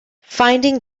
finding